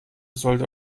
sollte